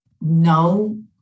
no